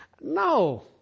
No